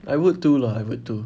I would too lah I would too